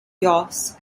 jos